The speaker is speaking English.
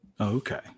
Okay